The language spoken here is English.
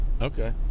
okay